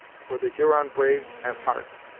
for the huron braves have hearts,